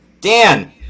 Dan